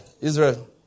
Israel